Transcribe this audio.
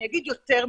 אני אגיד יותר מזה,